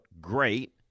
great